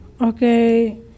Okay